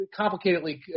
complicatedly